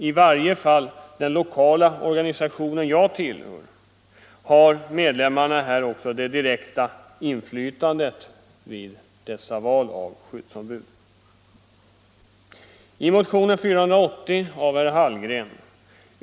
I varje fall i den lokala organisation jag tillhör har medlemmarna också det direkta inflytandet vid val av skyddsombud. godståg.